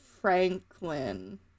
Franklin